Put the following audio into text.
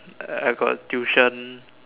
I I got tuition